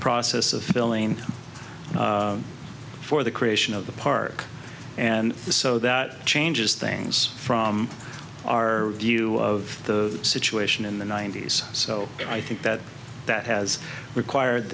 process of billing for the creation of the park and so that changes things from our view of the situation in the ninety's so i think that that has required